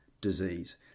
disease